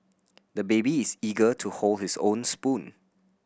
the baby is eager to hold his own spoon